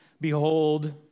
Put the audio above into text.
behold